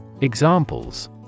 Examples